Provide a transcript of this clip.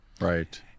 Right